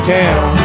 town